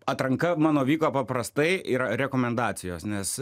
atranka mano vyko paprastai yra rekomendacijos nes